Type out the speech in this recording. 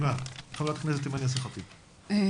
חברת הכנסת אימאן ח'טיב יאסין,